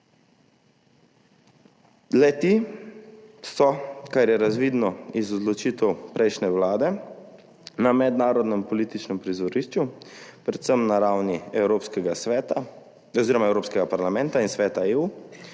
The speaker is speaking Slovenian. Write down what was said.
Le-ti so, kar je razvidno iz odločitev prejšnje vlade, na mednarodnem političnem prizorišču, predvsem na ravni Evropskega parlamenta in Sveta EU,